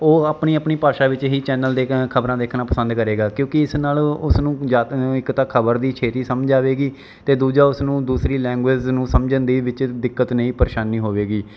ਉਹ ਆਪਣੀ ਆਪਣੀ ਭਾਸ਼ਾ ਵਿੱਚ ਹੀ ਚੈਨਲ ਦੇ ਖਬਰਾਂ ਦੇਖਣਾ ਪਸੰਦ ਕਰੇਗਾ ਕਿਉਂਕਿ ਇਸ ਨਾਲੋਂ ਉਸ ਨੂੰ ਜਿਆ ਇੱਕ ਤਾਂ ਖਬਰ ਦੀ ਛੇਤੀ ਸਮਝ ਆਵੇਗੀ ਅਤੇ ਦੂਜਾ ਉਸਨੂੰ ਦੂਸਰੀ ਲੈਂਗੁਏਜ ਨੂੰ ਸਮਝਣ ਦੇ ਵਿੱਚ ਦਿੱਕਤ ਨਹੀਂ ਪਰੇਸ਼ਾਨੀ ਹੋਵੇਗੀ